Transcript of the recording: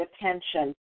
attention